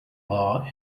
law